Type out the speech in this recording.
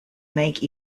make